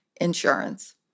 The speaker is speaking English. insurance